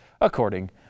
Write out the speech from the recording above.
according